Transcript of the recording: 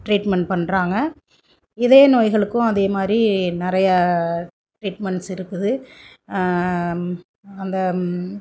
treatment பண்ணுறாங்க இதய நோய்களுக்கும் அதே மாதிரி நிறையா ட்ரீட்மெண்ட்ஸ் இருக்குது அந்த